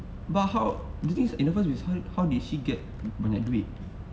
but how the thing is in the first place did how did she get banyak duit